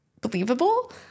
believable